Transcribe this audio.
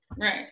Right